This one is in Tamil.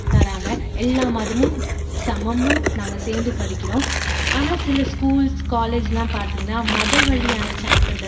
தராங்க எல்லா மதமும் சமம்னும் நாங்கள் சேர்ந்து படிக்கின்றோம் ஆனால் சில ஸ்கூல்ஸ் காலேஜ்லாம் பார்த்தீங்கன்னா மத வழியான சான்றிதல்